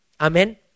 Amen